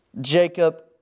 Jacob